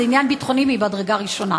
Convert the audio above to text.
זה עניין ביטחוני ממדרגה ראשונה.